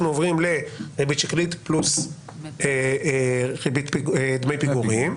עוברים לריבית שקלית פלוס דמי פיגורים,